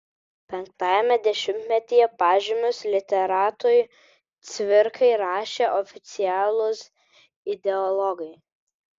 penktajame dešimtmetyje pažymius literatui cvirkai rašė oficialūs ideologai